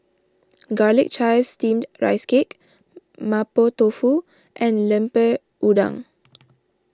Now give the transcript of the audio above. Garlic Chives Steamed Rice Cake Mapo Tofu and Lemper Udang